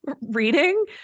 reading